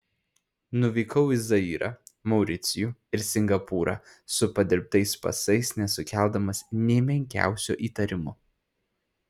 nuvykau į zairą mauricijų ir singapūrą su padirbtais pasais nesukeldamas nė menkiausio įtarimo